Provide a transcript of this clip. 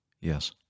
Yes